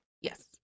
yes